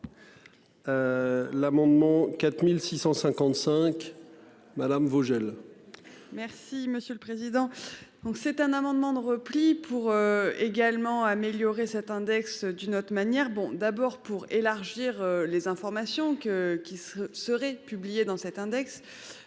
L'amendement 4655 madame Vogel. Merci monsieur le président. Donc c'est un amendement de repli pour également améliorer cet index d'une autre manière. Bon, d'abord pour élargir les informations que qu'se serait publié dans cet index.